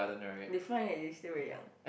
they find that you still very young